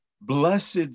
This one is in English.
Blessed